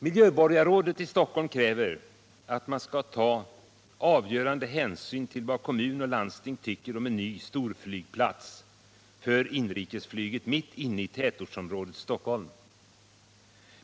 Miljöborgarrådet i Stockholm kräver att man skall ta avgörande hänsyn till vad kommun och landsting anser om en ny storflygplats för inrikesflyget mitt inne i tätortsområdet Stockholm.